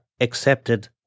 accepted